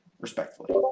respectfully